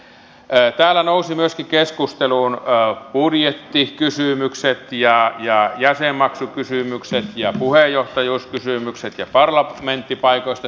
täällä nousivat myöskin keskusteluun budjettikysymykset ja jäsenmaksukysymykset ja puheenjohtajuuskysymykset ja parlamenttipaikoista spekulointi